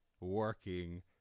working